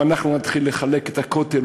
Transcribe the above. אם אנחנו נתחיל לחלק את הכותל,